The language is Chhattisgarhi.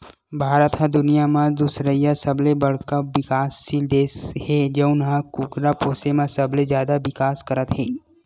भारत ह दुनिया म दुसरइया सबले बड़का बिकाससील देस हे जउन ह कुकरा पोसे म सबले जादा बिकास करत हे